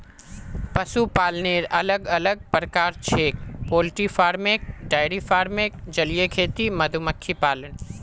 पशुपालनेर अलग अलग प्रकार छेक पोल्ट्री फार्मिंग, डेयरी फार्मिंग, जलीय खेती, मधुमक्खी पालन